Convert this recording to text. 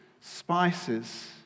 spices